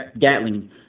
gatling